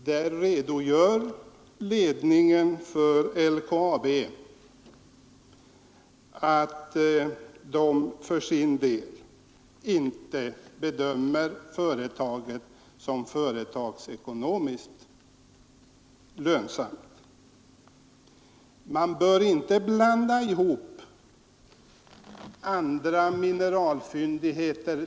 Då uttalade ledningen för LKAB att den inte hade bedömt malmbrytningen i Kaunisvaara som företagsekonomiskt lönsam. Man bör inte blanda ihop olika mineralfyndigheter.